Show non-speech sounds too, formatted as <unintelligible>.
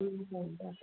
<unintelligible>